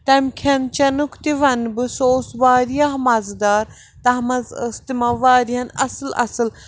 تَمہِ کھٮ۪ن چٮ۪نُک تہِ ونہٕ بہٕ سُہ اوس وارِیاہ مزٕدار تتھ منٛز ٲسۍ تِمو وارِیاہن اصٕل اصٕل